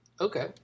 Okay